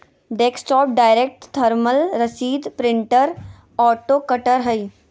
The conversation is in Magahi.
डेस्कटॉप डायरेक्ट थर्मल रसीद प्रिंटर ऑटो कटर हइ